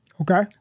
Okay